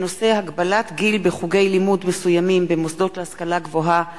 והספורט בנושא: הגבלת גיל בחוגי לימוד מסוימים במוסדות להשכלה גבוהה,